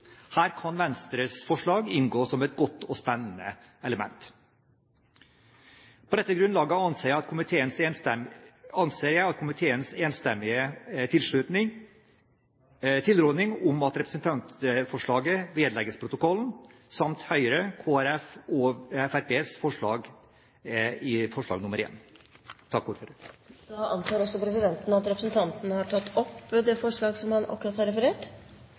Her kan Venstres forslag inngå som et godt og spennende element. På dette grunnlaget anbefaler jeg komiteens enstemmige tilråding om at representantforslaget vedlegges protokollen. Videre tar jeg opp forslaget som Høyre har sammen med Kristelig Folkeparti og Fremskrittspartiet. Da har representanten Torgeir Dahl tatt opp det forslaget han